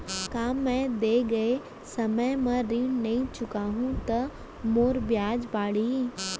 का मैं दे गए समय म ऋण नई चुकाहूँ त मोर ब्याज बाड़ही?